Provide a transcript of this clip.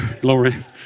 glory